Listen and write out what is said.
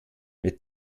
mit